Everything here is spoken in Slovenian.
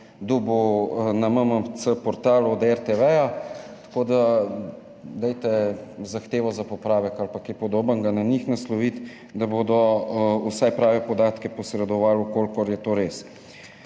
dobil na MMC portalu od RTV, tako da dajte zahtevo za popravek ali pa kaj podobnega na njih nasloviti, da bodo vsaj prave podatke posredovali, če je to res.